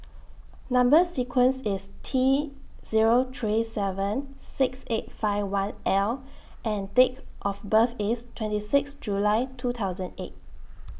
Number sequence IS T Zero three seven six eight five one L and Date of birth IS twenty six July two thousand and eight